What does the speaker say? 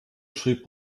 schrieb